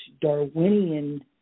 Darwinian